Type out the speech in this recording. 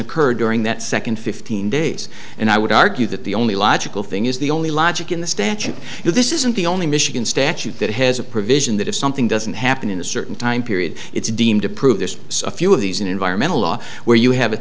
occur during that second fifteen days and i would argue that the only logical thing is the only logic in the statute but this isn't the only michigan statute that has a provision that if something doesn't happen in a certain time period it's deemed to prove this a few of these an environmental law where you have